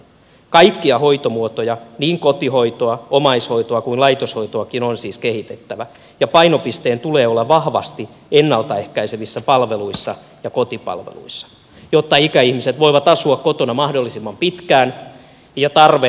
kaikkia hoitomuotoja niin kotihoitoa omaishoitoa kuin laitoshoitoakin on siis kehitettävä ja painopisteen tulee olla vahvasti ennalta ehkäisevissä palveluissa ja kotipalveluissa jotta ikäihmiset voivat asua kotona mahdollisimman pitkään ja tarve laitoshoitoon vähenisi